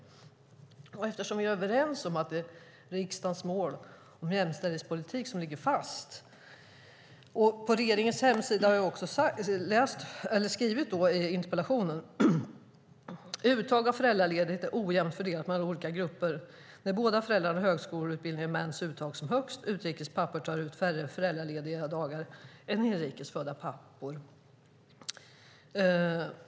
Vi är ju överens om att riksdagens mål om jämställdhetspolitik ligger fast. Som jag har skrivit i interpellationen står det på riksdagens hemsida: Uttag av föräldraledighet är ojämnt fördelat mellan olika grupper. När båda föräldrarna har högskoleutbildning är mäns uttag som högst. Utrikes födda pappor tar ut färre föräldraledighetsdagar än inrikes födda pappor.